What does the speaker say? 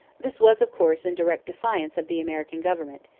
this was, of course, in direct defiance of the american government,